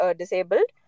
disabled